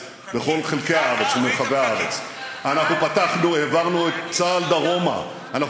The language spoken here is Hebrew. לומר על הממשלה הזאת והממשלות הקודמות בראשותי